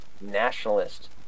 nationalist